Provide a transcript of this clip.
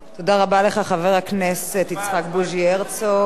תודה רבה לך, חבר הכנסת יצחק בוז'י הרצוג.